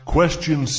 Question